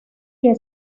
que